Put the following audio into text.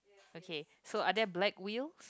okay so are there black wheel